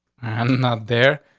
i'm not there,